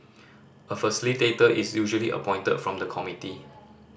a facilitator is usually appointed from the committee